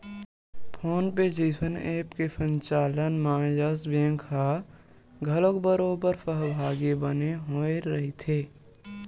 phone पे जइसन app के संचालन म यस बेंक ह घलोक बरोबर सहभागी बने होय रहिथे